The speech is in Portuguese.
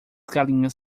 galinhas